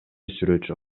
сүрөтчү